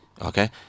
okay